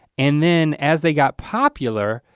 and then as they got popular,